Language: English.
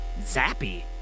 zappy